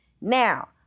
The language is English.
Now